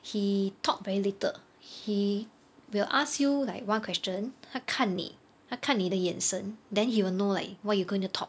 he talk very little he will ask you like one question 他看你的眼神 then he will know like what you going to talk